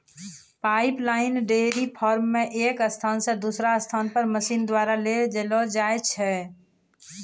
pipeline dairy farm मे एक स्थान से दुसरा पर मशीन द्वारा ले जैलो जाय छै